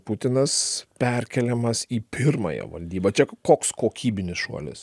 putinas perkeliamas į pirmąją valdybą čia koks kokybinis šuolis